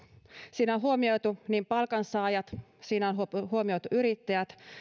siinä on huomioitu palkansaajat siinä on huomioitu yrittäjät